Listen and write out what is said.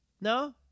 No